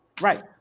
Right